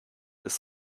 ist